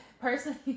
personally